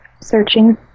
searching